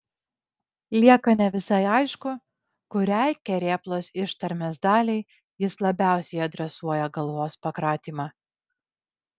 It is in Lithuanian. lieka ne visai aišku kuriai kerėplos ištarmės daliai jis labiausiai adresuoja galvos pakratymą